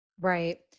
Right